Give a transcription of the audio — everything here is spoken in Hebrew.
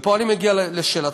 ופה אני מגיע לשאלתך,